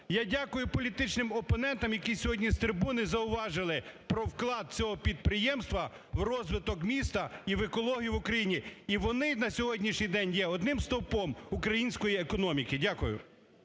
Я дякую політичним опонентам, які сьогодні з трибуни зауважили про вклад цього підприємства в розвиток міста і в екологію в Україні. І вони на сьогоднішній день є одним стовпом української економіки. Дякую.